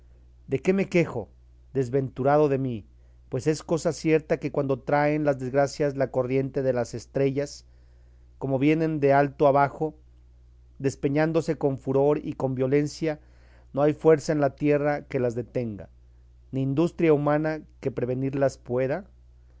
de qué me quejo desventurado de mí pues es cosa cierta que cuando traen las desgracias la corriente de las estrellas como vienen de alto a bajo despeñándose con furor y con violencia no hay fuerza en la tierra que las detenga ni industria humana que prevenirlas pueda